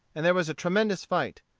and there was a tremendous fight.